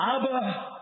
Abba